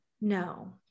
no